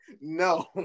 no